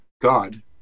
God